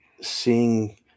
seeing